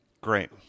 Great